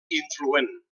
influent